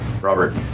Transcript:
Robert